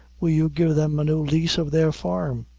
will you give them a new lease of their farm?